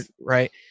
right